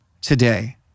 today